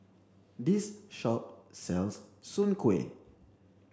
this shop sells Soon Kuih